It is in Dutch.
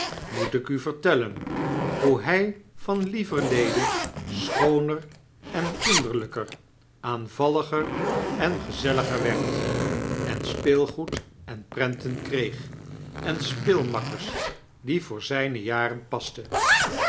moet ik u vertellen hoe iiy van lieverlede schooner en kinderlyker aanvalliger en gezelliger werd en speelgoed en prenten kreeg en speelmakkers die voor zyne jaren pasten